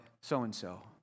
so-and-so